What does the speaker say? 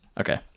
Okay